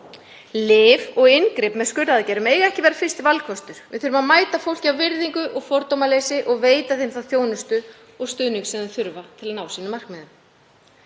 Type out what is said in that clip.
Lyf og inngrip með skurðaðgerðum mega ekki vera fyrsti valkostur. Við þurfum að mæta fólki af virðingu og fordómaleysi og veita því þá þjónustu og stuðning sem það þarf til að ná markmiðum